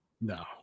No